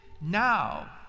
Now